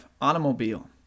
Automobile